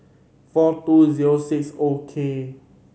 four two zero six O K